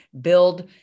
build